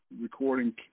recording